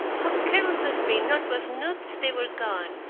how careless of me not to have noticed they were gone!